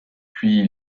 puis